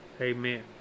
Amen